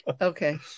Okay